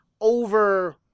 over